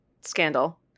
Scandal